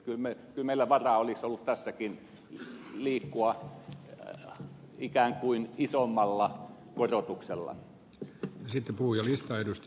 kyllä meillä varaa olisi ollut tässäkin liikkua ikään kuin isommalla korotuksella